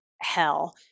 hell